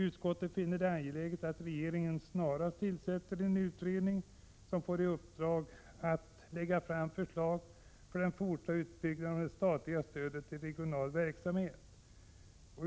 Utskottet finner det angeläget att regeringen snarast tillsätter en utredning som får i uppdrag att lägga fram förslag för den fortsatta utbyggnaden av det statliga stödet till regional verksamhet.